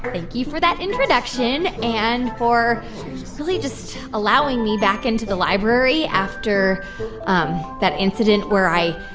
thank you for that introduction and for really just allowing me back into the library after um that incident where i